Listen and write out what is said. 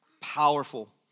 powerful